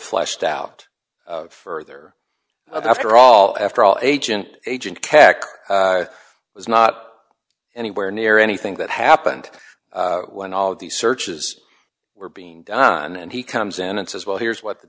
flushed out further after all after all agent agent cash was not anywhere near anything that happened when all these searches were being done and he comes in and says well here's what